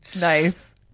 Nice